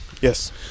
Yes